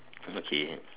okay